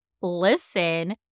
listen